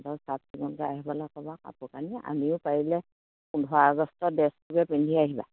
চাফ চিকুণকে আহিবলে ক'বা কাপোৰ কানি আমিও পাৰিলে পোন্ধৰ আগষ্টৰ ডেছটোকে পিন্ধি আহিবা